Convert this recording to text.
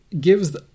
gives